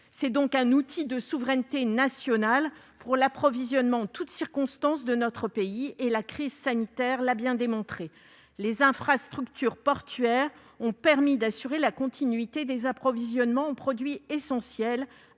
Ils sont un outil de souveraineté nationale pour l'approvisionnement en toutes circonstances de notre pays, comme l'a démontré la crise sanitaire. Les infrastructures portuaires ont en effet permis d'assurer la continuité des approvisionnements en produits essentiels